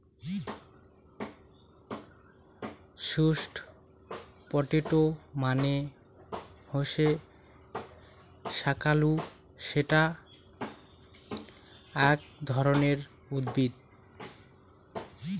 sweet potato মানে হসে শাকালু যেটা আক ধরণের উদ্ভিদ